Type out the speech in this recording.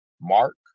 Mark